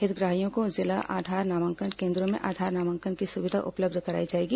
हितग्राहियों को जिला आधार नामांकन केन्द्रों में आधार नामांकन की सुविधा उपलब्ध कराई जाएगी